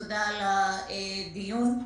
הדיון.